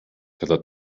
cada